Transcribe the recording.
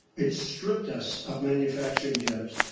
it stripped us of manufacturing jobs.